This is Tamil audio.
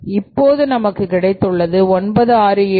தற்போது நமக்கு கிடைத்துள்ளது 9672